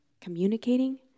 communicating